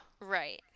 right